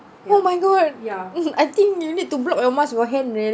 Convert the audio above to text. oh my god I think you need to block your mask with your hand man